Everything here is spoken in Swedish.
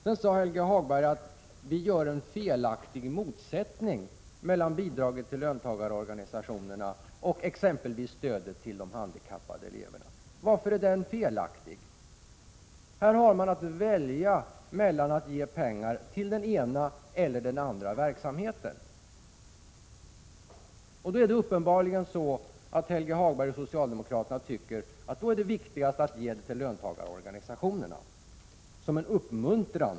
Helge Hagberg sade vidare att vi konstruerar en felaktig motsättning mellan bidrag till löntagarorganisationerna och exempelvis stödet till de handikappade eleverna. Varför är den felaktig? Man har här att välja mellan att ge pengar till den ena eller andra verksamheten. Det är uppenbarligen så att Helge Hagberg och socialdemokraterna tycker att det är viktigast att ge till löntagarorganisationerna — som en uppmuntran.